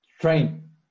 Train